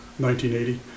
1980